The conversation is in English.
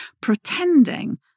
pretending